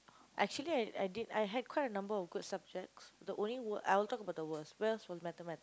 actually I I did I had quite a number of good subjects the only worst I'll talk about the worst worst was the Mathematics